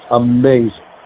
amazing